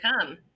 come